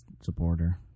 supporter